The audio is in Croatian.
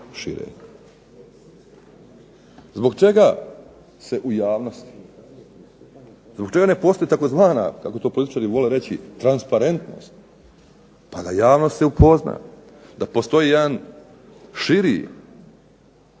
šire. Zbog čega se u javnosti, zbog čega ne postoji tzv. Kako to političari vole reći transparentnost, pa da javnost se upozna, da postoji jedan širi